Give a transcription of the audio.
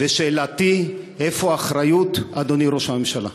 ושאלתי: איפה האחריות, אדוני ראש הממשלה?